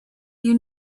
you